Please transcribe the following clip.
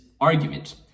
argument